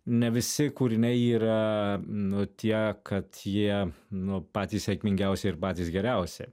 ne visi kūriniai yra nu tie kad jie nu patys sėkmingiausi ir patys geriausi